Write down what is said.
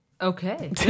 Okay